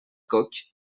coque